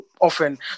Often